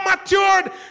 matured